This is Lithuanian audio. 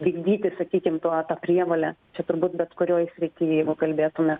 vykdyti sakykim tuo tą prievolę čia turbūt bet kurioj srity jeigu kalbėtume